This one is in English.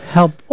Help